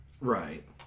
Right